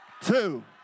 two